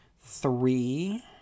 three